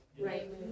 Right